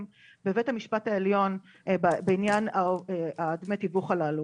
בבית המשפט העליון בעניין דמי התיווך הללו,